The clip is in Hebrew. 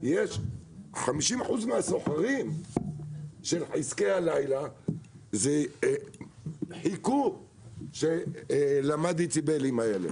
50 אחוז מהסוחרים של עסקי הלילה חיכו למד הדציבלים הזה,